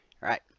right